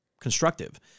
constructive